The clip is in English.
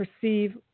perceive